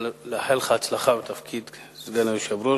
לאחל לך הצלחה בתפקיד סגן היושב-ראש,